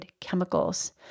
chemicals